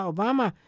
Obama